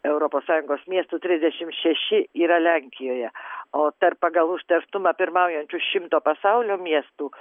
europos sąjungos miestų trisdešimt šeši yra lenkijoje o per pagal užterštumą pirmaujančių šimto pasaulio miestų